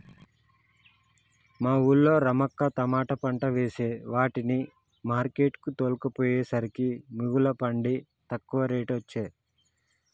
మా వూళ్ళో రమక్క తమాట పంట వేసే వాటిని మార్కెట్ కు తోల్కపోయేసరికే మిగుల పండి తక్కువ రేటొచ్చె